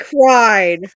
cried